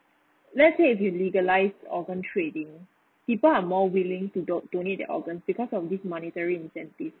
let's say if you legalise organ trading people are more willing to do~ donate their organs because on this monetary incentive